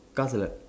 காசு இல்ல:kaasu illa